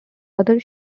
other